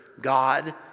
God